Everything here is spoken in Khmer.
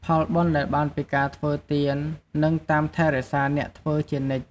ផលបុណ្យដែលបានពីការធ្វើទាន នឹងតាមថែរក្សាអ្នកធ្វើជានិច្ច។